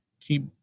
keep